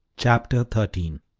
chapter thirteen